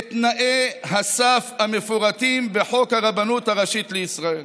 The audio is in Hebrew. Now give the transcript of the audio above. את תנאי הסף המפורטים בחוק הרבנות הראשית לישראל